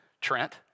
Trent